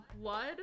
blood